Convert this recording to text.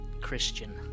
christian